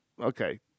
Okay